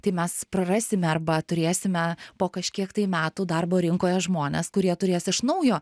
tai mes prarasime arba turėsime po kažkiek tai metų darbo rinkoje žmones kurie turės iš naujo